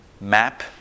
Map